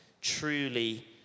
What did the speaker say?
truly